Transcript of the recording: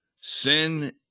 sin